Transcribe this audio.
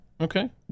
Okay